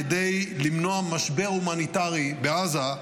כדי למנוע משבר הומניטרי בעזה,